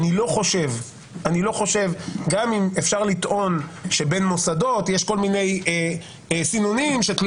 גם אם אפשר לטעון שבין מוסדות שונים יש כל מיני סינונים שונים